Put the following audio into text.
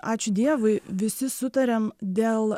ačiū dievui visi sutariam dėl